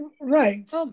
Right